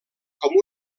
com